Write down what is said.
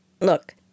Look